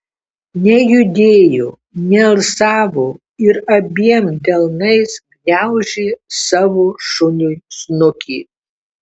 nejudėjo nealsavo ir abiem delnais gniaužė savo šuniui snukį